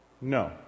No